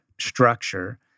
structure